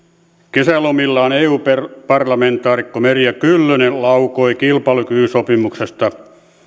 kesälomillaan eu parlamentaarikko merja kyllönen laukoi kilpailukykysopimuksesta